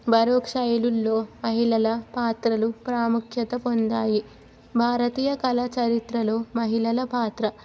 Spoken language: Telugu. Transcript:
బారోక్ శైలుల్లో మహిళల పాత్రలు ప్రాముఖ్యత పొందాయి భారతీయ కళా చరిత్రలో మహిళల పాత్ర